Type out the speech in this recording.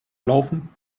laufen